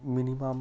minimum